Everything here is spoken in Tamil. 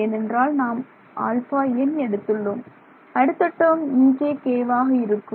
ஏனென்றால் நாம் αn எடுத்துள்ளோம் அடுத்த டேர்ம் ejk வாக இருக்கும்